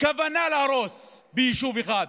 כוונה להרוס ביישוב אחד,